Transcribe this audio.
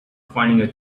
finding